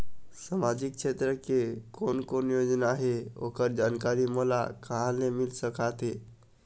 सामाजिक क्षेत्र के कोन कोन योजना हे ओकर जानकारी मोला कहा ले मिल सका थे?